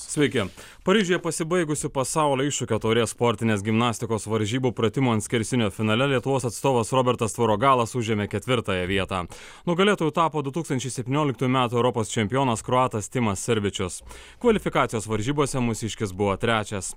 sveiki paryžiuje pasibaigusio pasaulio iššūkio taurės sportinės gimnastikos varžybų pratimų ant skersinio finale lietuvos atstovas robertas forogalas užėmė ketvirtąją vietą nugalėtoju tapo du tūkstančiai septynioliktųjų metų europos čempionas kroatas timas servičius kvalifikacijos varžybose mūsiškis buvo trečias